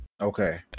Okay